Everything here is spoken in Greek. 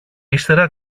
ύστερα